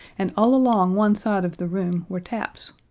and all along one side of the room were taps,